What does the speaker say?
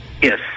Yes